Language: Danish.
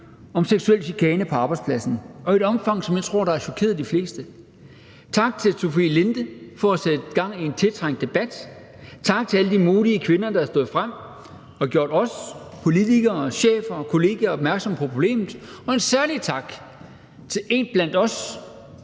om seksuel chikane på arbejdspladsen og i et omfang, som jeg tror har chokeret de fleste. Tak til Sofie Linde for at sætte gang i en tiltrængt debat. Tak til alle de modige kvinder, der har stået frem og gjort os politikere, chefer, kollegaer opmærksom på problemet, og en særlig tak til en blandt os,